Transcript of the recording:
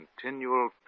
continual